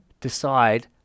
decide